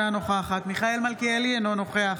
אינה נוכחת מיכאל מלכיאלי, אינו נוכח